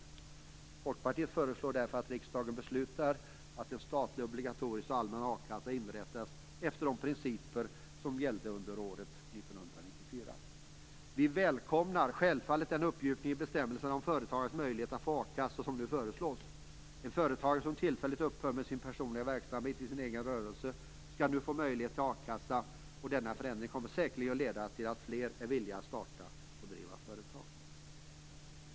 Folkpartiet föreslår därför att riksdagen beslutar att en statlig obligatorisk och allmän a-kassa inrättas efter de principer som gällde under året 1994. Vi välkomnar självfallet den uppmjukning i bestämmelserna om företagares möjligheter att få akassa som nu föreslås. En företagare som tillfälligt upphör med sin personliga verksamhet i sin egen rörelse skall nu få möjlighet till a-kasseersättning. Denna förändring kommer säkerligen att leda till att fler blir villiga att starta och driva företag.